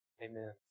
Amen